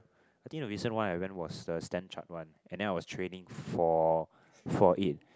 I think the recent one I went was the Standard Chart one and then I was training for for it